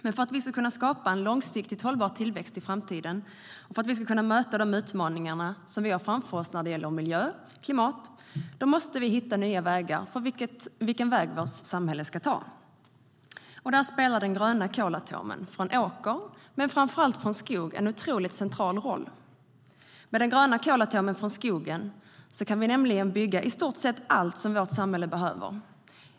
Men för att vi ska kunna skapa en långsiktigt hållbar tillväxt i framtiden och möta de utmaningar vi har framför oss när det gäller miljö och klimat måste vi hitta den väg som vårt samhälle ska ta. Där spelar den gröna kolatomen från åkern men framför allt från skogen en otroligt central roll. Med den gröna kolatomen från skogen kan vi nämligen bygga i stort sett allt som vårt samhälle behöver.